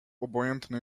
obojętny